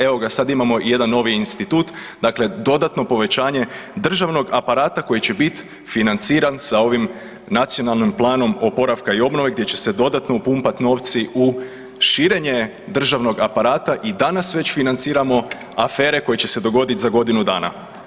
Evo ga, sad imamo i jedan novi institut, dakle dodatno povećanje državnog aparata koji će bit financiran sa ovim Nacionalnim planom oporavka i obnove gdje će se dodatno upumpat novci u širenje državnog aparata i danas već financiramo afere koje će se dogodit za godinu dana.